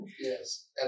Yes